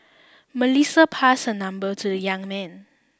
Melissa passed her number to the young man